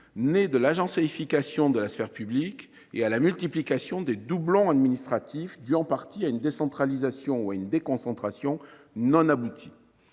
nées de l’agencification de la sphère publique et de la multiplication des doublons administratifs dus en partie à une décentralisation ou à une déconcentration non aboutie.